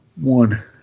one